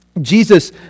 Jesus